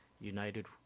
United